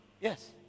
yes